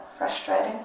frustrating